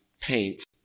paint